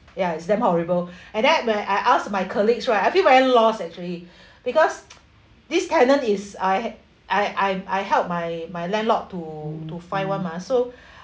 ya it's damn horrible and then when I asked my colleagues right I feel very lost actually because this tenant is I I I I helped my my landlord to to find [one] mah so